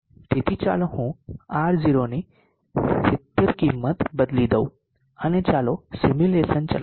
તેથી ચાલો હું R0 થી 70 ની કિંમત બદલી દઉ અને ચાલો સિમ્યુલેશન ચલાવીએ